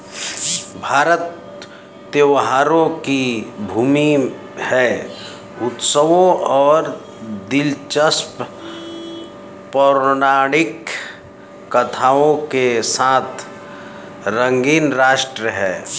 भारत त्योहारों की भूमि है, उत्सवों और दिलचस्प पौराणिक कथाओं के साथ रंगीन राष्ट्र है